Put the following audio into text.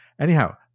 Anyhow